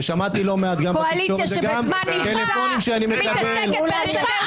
ושמעתי גם לא מעט גם בתקשורת וגם טלפונים שאני מקבל מחברים.